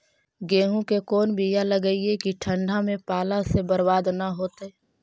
गेहूं के कोन बियाह लगइयै कि ठंडा में पाला से बरबाद न होतै?